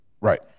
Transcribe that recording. Right